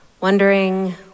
wondering